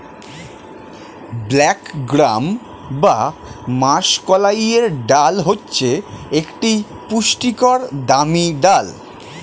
black gram বা মাষকলাইয়ের ডাল হচ্ছে একটি পুষ্টিকর দামি ডাল